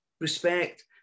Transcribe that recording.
respect